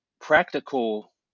practical